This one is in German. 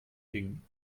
dingen